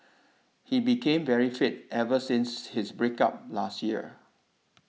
he became very fit ever since his break up last year